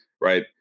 right